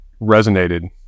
resonated